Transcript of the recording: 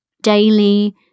Daily